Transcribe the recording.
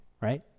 right